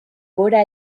gora